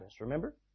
remember